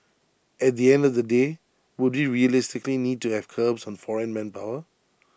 at the end of the day would we realistically need to have curbs on foreign manpower